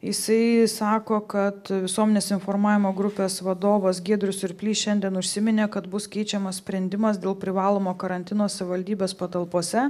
jisai sako kad visuomenės informavimo grupės vadovas giedrius surplys šiandien užsiminė kad bus keičiamas sprendimas dėl privalomo karantino savivaldybės patalpose